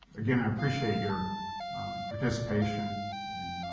again, i appreciate your participation and